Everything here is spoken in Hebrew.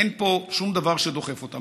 אין פה שום דבר שדוחף אותן.